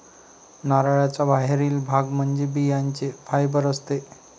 नारळाचा बाहेरील भाग म्हणजे बियांचे फायबर असते